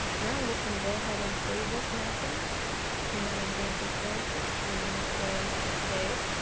now i'm just going to go ahead and save this mapping to my example character and i'm gonna say save.